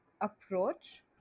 approach